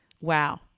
Wow